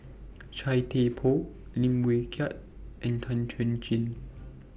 Chia Thye Poh Lim Wee Kiak and Tan Chuan Jin